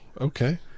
Okay